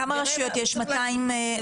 אז מישהו ממשרד החינוך יוכל לתת לנו תשובה בבקשה?